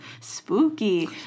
Spooky